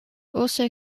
also